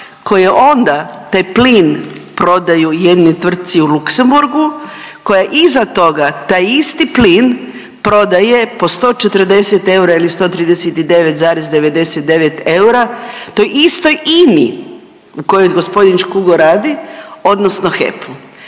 koje onda taj plin prodaju jednoj tvrtci u Luxemborgu koja iza toga taj isti plin prodaje po 140 eura ili 139,99 eura toj istoj INI u kojoj gospodin Škugor radi odnosno HEP-u.